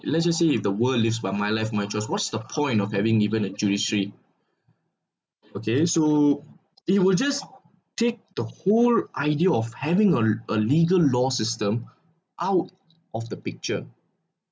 let just say if the world is live by my life my choice what's the point of having even at duty street okay so they would just take the whole idea of having a a legal law system out of the picture